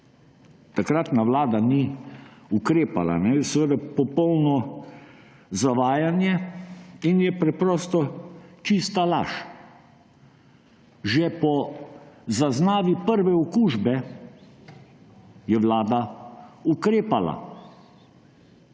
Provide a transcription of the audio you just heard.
takratna vlada ni ukrepala, je popolno zavajanje in je preprosto čista laž. Že po zaznavi prve okužbe je vlada ukrepala.